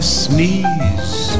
sneeze